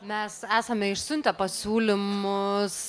mes esame išsiuntę pasiūlymus